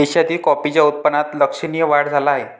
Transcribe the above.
देशातील कॉफीच्या उत्पादनात लक्षणीय वाढ झाला आहे